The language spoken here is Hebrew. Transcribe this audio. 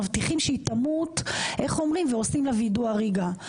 מבטיחים שהיא תמות ועושים לה וידוא הריגה.